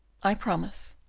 i promise.